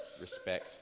respect